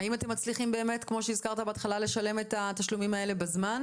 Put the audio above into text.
האם אתם מצליחים באמת כמו שהזכרת בהתחלה לשלם את התשלומים האלה בזמן?